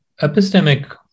Epistemic